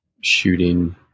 shooting